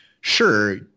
sure